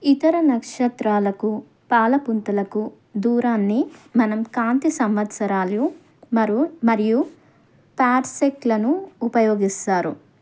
ఇతర నక్షత్రాలకు పాలపుంతలకు దూరాన్ని మనం కాంతి సంవత్సరాలు మరియు పార్సెక్లను ఉపయోగిస్తారు